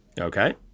Okay